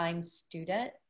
student